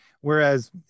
Whereas